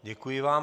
Děkuji vám.